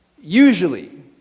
usually